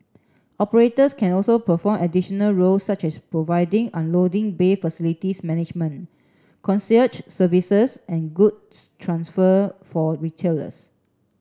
operators can also perform additional roles such as providing unloading bay facilities management concierge services and goods transfer for retailers